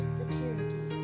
security